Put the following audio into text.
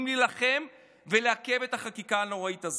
להילחם ולעכב את החקיקה הנוראית הזאת.